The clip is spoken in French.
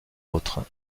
autre